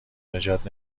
نجات